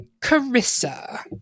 Carissa